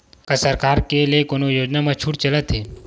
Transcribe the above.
का सरकार के ले कोनो योजना म छुट चलत हे?